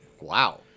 Wow